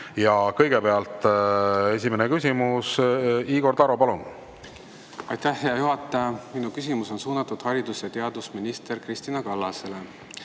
on. Kõigepealt esimene küsimus, Igor Taro, palun! Aitäh, hea juhataja! Minu küsimus on suunatud haridus- ja teadusminister Kristina Kallasele